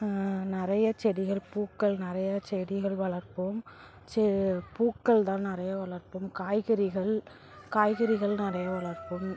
நிறைய செடிகள் பூக்கள் நிறையா செடிகள் வளர்ப்போம் செ பூக்கள் தான் நிறைய வளர்ப்போம் காய்கறிகள் காய்கறிகள் நிறைய வளர்ப்போம்